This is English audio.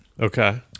Okay